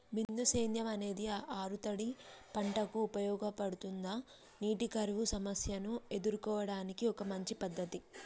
బిందు సేద్యం అనేది ఆరుతడి పంటలకు ఉపయోగపడుతుందా నీటి కరువు సమస్యను ఎదుర్కోవడానికి ఒక మంచి పద్ధతి?